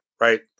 right